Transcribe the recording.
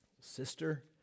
Sister